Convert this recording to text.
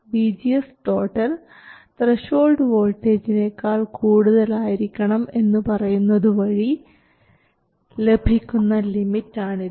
VGS threshold വോൾട്ടേജിനേക്കാൾ കൂടുതലായിരിക്കണം എന്നുപറയുന്നത് വഴി ലഭിക്കുന്ന ലിമിറ്റ് ആണ് ഇത്